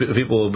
people